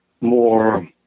more